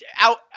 out